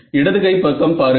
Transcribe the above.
இடது கை பக்கம் பாருங்கள்